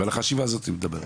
ועל החשיבה הזאת היא מדברת.